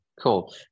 cool